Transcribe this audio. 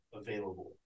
available